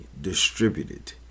distributed